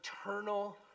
eternal